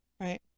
right